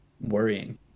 worrying